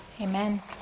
amen